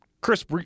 Chris